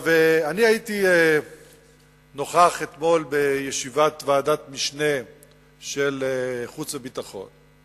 אתמול הייתי נוכח בישיבת ועדת משנה של ועדת החוץ והביטחון,